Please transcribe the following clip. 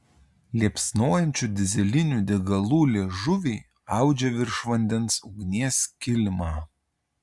liepsnojančių dyzelinių degalų liežuviai audžia virš vandens ugnies kilimą